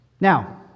Now